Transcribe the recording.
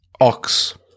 Ox